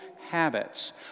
habits